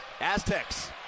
Aztecs